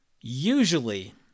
usually